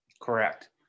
correct